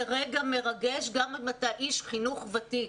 זה רגע מרגש גם אם אתה איש חינוך ותיק.